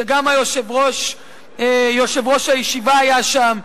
שגם יושב-ראש הישיבה היה שם,